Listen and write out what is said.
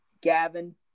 Gavin